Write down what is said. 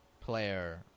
player